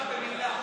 לא הפרענו לך במילה.